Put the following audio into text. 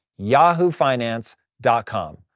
yahoofinance.com